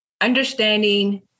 understanding